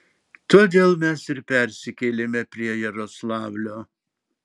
todėl mes ir persikėlėme prie jaroslavlio